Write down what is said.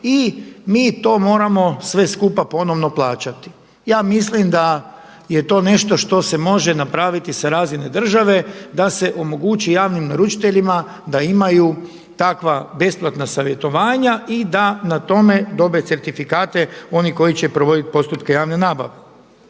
i mi to moramo sve skupa ponovno plaćati. Ja mislim da je to nešto što se može napraviti sa razine države, da se omogući javnim naručiteljima da imaju takva besplatna savjetovanja i da na tome dobe certifikate oni koji će provoditi postupke javne nabave.